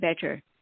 better